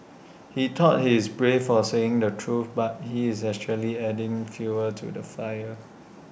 he thought he's brave for saying the truth but he is actually just adding fuel to the fire